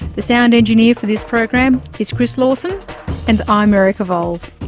the sound engineer for this program is chris lawson and i'm erica vowles.